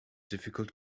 difficult